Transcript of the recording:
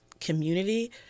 community